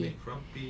oh frappe